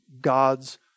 God's